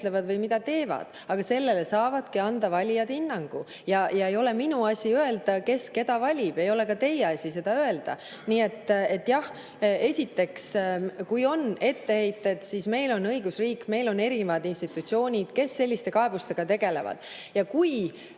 Aga sellele saavadki anda valijad hinnangu. Ja ei ole minu asi öelda, kes keda valib, ja ei ole teie asi seda öelda. Nii et jah, esiteks: kui on etteheited, siis meil on õigusriik, meil on erinevad institutsioonid, kes selliste kaebustega tegelevad. Ja kui